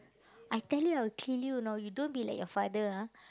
I tell you I will kill you you know you don't be like your father ah